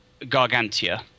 Gargantia